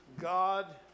God